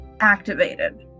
activated